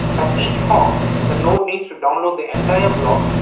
at each hop, the node needs to download the entire block,